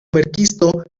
verkisto